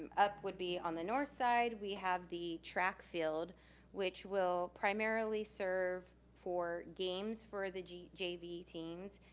up would be on the north side, we have the track field which will primarily serve for games for the jv jv teams,